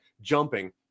jumping